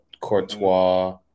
Courtois